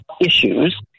issues